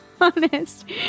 honest